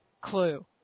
Clue